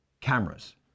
cameras